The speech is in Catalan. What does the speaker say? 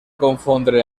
confondre